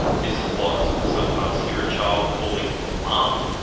mrs. watts would sometimes hear a child calling for mom,